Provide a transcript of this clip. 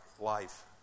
life